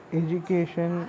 education